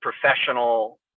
professional